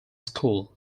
school